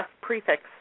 prefix